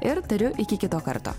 ir tariu iki kito karto